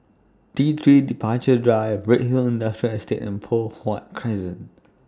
T three Departure Drive Redhill Industrial Estate and Poh Huat Crescent